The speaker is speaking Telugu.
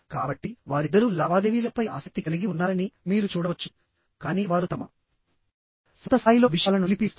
కాబట్టి వారిద్దరూ లావాదేవీలపై ఆసక్తి కలిగి ఉన్నారని మీరు చూడవచ్చు కానీ వారు తమ సొంత స్థాయిలో విషయాలను నిలిపివేస్తున్నారు